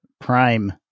Prime